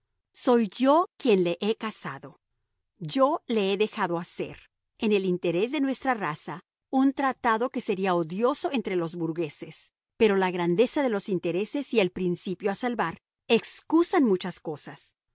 soy yo quien le he casado yo le he dejado hacer en el interés de nuestra raza un tratado que sería odioso entre los burgueses pero la grandeza de los intereses y el principio a salvar excusan muchas cosas